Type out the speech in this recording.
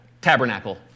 tabernacle